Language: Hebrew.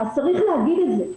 אז צריך להגיד את זה.